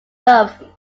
love